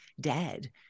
dead